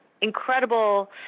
incredible